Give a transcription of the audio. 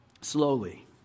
slowly